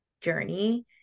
journey